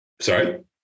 Sorry